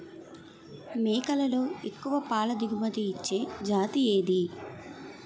మేకలలో ఎక్కువ పాల దిగుమతి ఇచ్చే జతి ఏది?